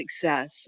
success